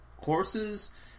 courses